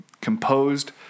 composed